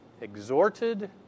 exhorted